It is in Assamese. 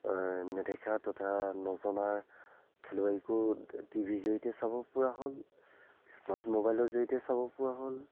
নেদেখা তথা নজনাৰ খেলুৱৈকো টি ভিৰ জৰিয়তে চাবপৰা হ'ল স্মাৰ্ট মোবাইলৰ জৰিয়তে চাবপৰা হ'ল